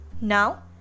Now